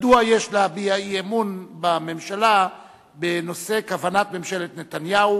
מדוע יש להביע אי-אמון בממשלה בנושא: כוונת ממשלת נתניהו